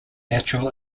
natural